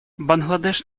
бангладеш